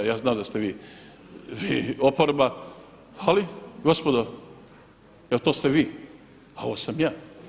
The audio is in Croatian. Ja znam da ste vi oporba, ali gospodo evo to ste vi, a ovo sam ja.